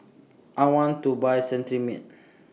I want to Buy Cetrimide